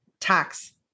tax